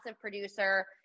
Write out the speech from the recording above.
producer